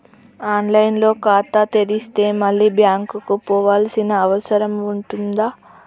On line లో ఖాతా తెరిస్తే మళ్ళీ బ్యాంకుకు పోవాల్సిన అవసరం ఉంటుందా?